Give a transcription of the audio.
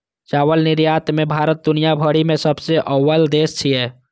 चावल निर्यात मे भारत दुनिया भरि मे सबसं अव्वल देश छियै